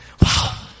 Wow